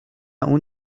اون